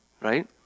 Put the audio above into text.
right